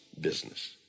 business